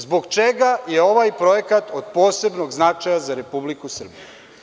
Zbog čega je ovaj projekat od posebnog značaja za Republiku Srbiju?